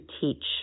teach